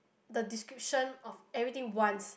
the description of everything once